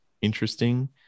interesting